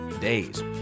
days